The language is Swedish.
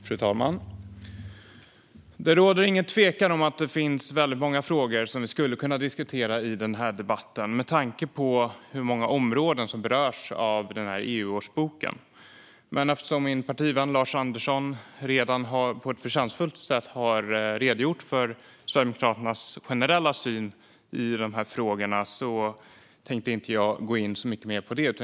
Fru talman! Det råder ingen tvekan om att det finns väldigt många frågor som vi skulle kunna diskutera i denna debatt med tanke på hur många områden som berörs av den här EU-årsboken. Eftersom min partivän Lars Andersson redan på ett förtjänstfullt sätt har redogjort för Sverigedemokraternas generella syn i dessa frågor tänkte jag dock inte gå in så mycket mer på det.